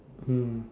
mm